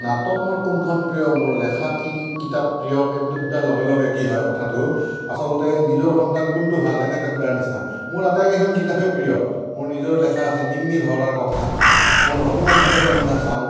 নাটক মোৰ কোনখন প্ৰিয় মোৰ লেখা কি কিতাপ প্ৰিয় সেইবুলি সোধাৰ লগে লগে কি হয় কথাটো আচলতে নিজৰ সন্তান কোনটো ভাল এনেকে সোধাৰ নিচিনা মোৰ আটাইকেইখন কিতাপেই প্ৰিয় মোৰ নিজৰ লেখা আছে নিঙনি ভাওৱাৰ কথা মোৰ হনুমান সাগৰ বন্ধা চাওঁ